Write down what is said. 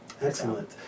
Excellent